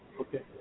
okay